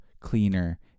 cleaner